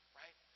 right